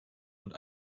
und